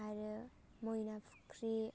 आरो मैना फुख्रि